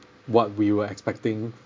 what we were expecting